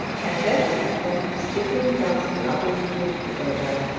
and then the pair sitting down lovingly together,